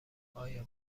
آیا